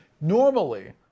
normally